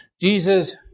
Jesus